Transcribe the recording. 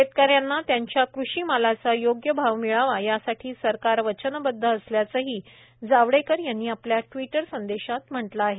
शेतकऱ्यांना त्यांच्या कृषी मालाचा योग्य भाव मिळावा यासाठी सरकार वचनबद्ध असल्याचंही जावडेकर यांनी आपल्या ट्विटर संदेशात म्हटलं आहे